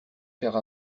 faire